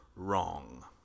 wrong